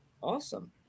Awesome